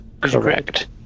correct